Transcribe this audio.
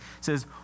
says